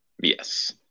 Yes